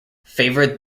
favored